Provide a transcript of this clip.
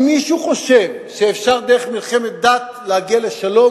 אם מישהו חושב שאפשר דרך מלחמת דת להגיע לשלום,